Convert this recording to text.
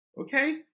okay